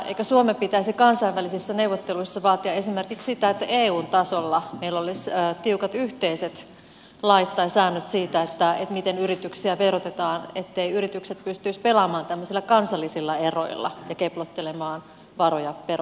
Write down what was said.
eikö suomen pitäisi kansainvälisissä neuvotteluissa vaatia esimerkiksi sitä että eun tasolla meillä olisi tiukat yhteiset lait tai säännöt siitä miten yrityksiä verotetaan etteivät yritykset pystyisi pelaamaan tämmöisillä kansallisilla eroilla ja keplottelemaan varoja veroparatiiseihin